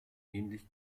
ähnlich